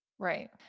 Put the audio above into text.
Right